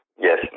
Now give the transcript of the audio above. yes